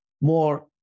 more